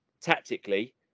tactically